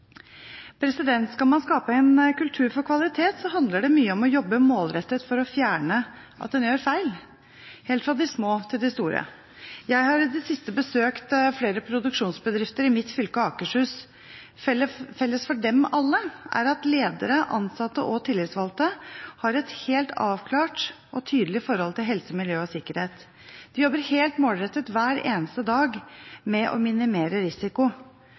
Skal man skape en kultur for kvalitet, handler det mye om å jobbe målrettet for å fjerne feil – helt fra de små til de store. Jeg har i det siste besøkt flere produksjonsbedrifter i mitt fylke, Akershus. Felles for dem alle er at ledere, ansatte og tillitsvalgte har et helt avklart og tydelig forhold til helse, miljø og sikkerhet. De jobber helt målrettet hver eneste dag med å minimere risiko,